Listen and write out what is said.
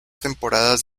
temporadas